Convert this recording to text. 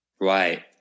Right